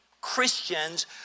Christians